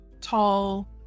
tall